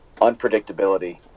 unpredictability